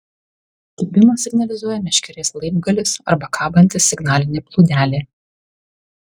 kibimą signalizuoja meškerės laibgalis arba kabanti signalinė plūdelė